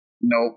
Nope